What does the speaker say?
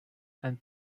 and